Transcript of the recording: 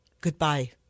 goodbye